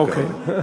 אוקיי.